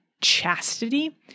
chastity